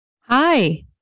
Hi